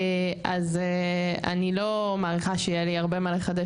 אז אני לא מעריכה שיהיה לי הרבה מה לחדש,